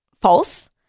false